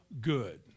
good